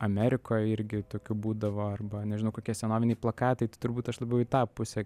amerikoj irgi tokių būdavo arba nežinau kokie senoviniai plakatai tai turbūt aš labiau į tą pusę